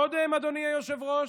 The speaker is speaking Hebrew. קודם, אדוני היושב-ראש,